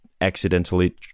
accidentally